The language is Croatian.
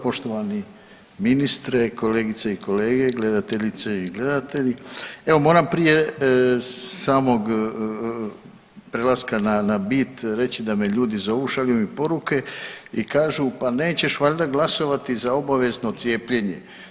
Poštovani ministre, kolegice i kolege, gledateljice i gledatelji evo moram prije samog prelaska na bit reći da me ljudi zovu, šalju mi poruke i kažu pa nećeš valjda glasovati za obavezno cijepljenje.